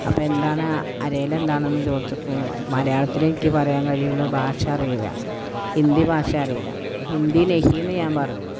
അപ്പോൾ എന്താണ് അരയിൽ എന്താണെന്ന് ചോദിച്ചപ്പോൾ മലയാളത്തിലെ എനിക്ക് പറയാൻ കഴിയുള്ളു ഭാഷ അറിയില്ല ഭാഷ ഹിന്ദി ഭാഷ അറിയില്ല ഹിന്ദി നഹി എന്ന് ഞാൻ പറഞ്ഞു